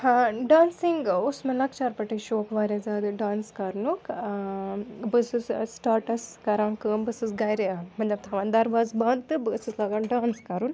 ٲں ڈانسِنٛگ اوٗس مےٚ لَکچار پٮ۪ٹھے شوق وارِیاہ زیادٕ ڈانٕس کَرنُک ٲں بہٕ ٲسٕس سِٹارٹَس کَران کٲم بہٕ ٲسٕس گَھرِ مطلب تھاوان دَروازٕ بَنٛد تہٕ بہٕ ٲسٕس لاگان ڈانٕس کَرُن